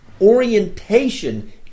orientation